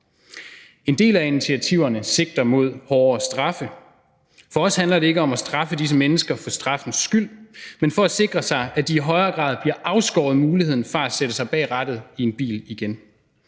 En del af initiativerne sigter mod hårdere straffe. For os handler det ikke om at straffe disse mennesker for straffens skyld, men om at sikre, at de i højere grad bliver afskåret muligheden for igen at sætte sig bag rattet i en bil, ligesom